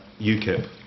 UKIP